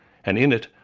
and in it,